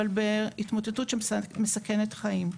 אבל בהתמוטטות שמסכנת חיים,